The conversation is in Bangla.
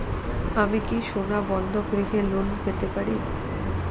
আমি কি সোনা বন্ধক রেখে লোন পেতে পারি?